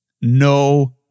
No